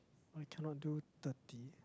I cannot do thirty